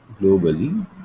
globally